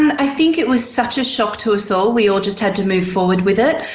i think it was such a shock to us all, we all just had to move forward with it.